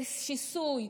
של שיסוי,